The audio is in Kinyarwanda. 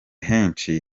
henshi